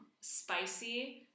spicy